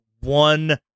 one